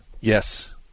Yes